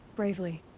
bravely.